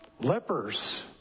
Lepers